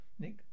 Nick